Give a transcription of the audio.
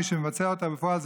מי שמבצע אותה בפועל,